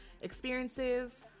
experiences